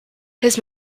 his